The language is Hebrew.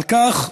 על כן,